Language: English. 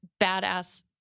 badass